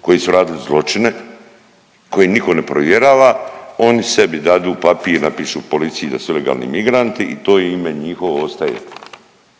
koji su radili zločine, koje nitko ne provjerava. Oni sebi dadu papir, napišu u policiji da su ilegalni migranti i to ime njihovo ostaje.